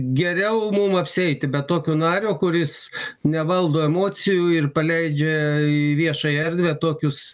geriau mum apsieiti be tokio nario kuris nevaldo emocijų ir paleidžia į viešąją erdvę tokius